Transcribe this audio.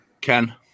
Ken